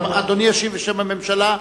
אדוני ישיב בשם הממשלה?